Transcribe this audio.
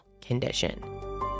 condition